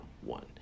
one